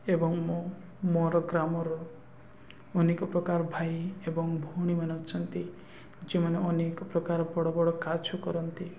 ଏବଂ ମୋ ମୋର ଗ୍ରାମର ଅନେକ ପ୍ରକାର ଭାଇ ଏବଂ ଭଉଣୀମାନେ ଅଛନ୍ତି ଯେଉଁମାନେ ଅନେକ ପ୍ରକାର ବଡ଼ ବଡ଼ କାର୍ଯ୍ୟ କରନ୍ତି